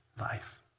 life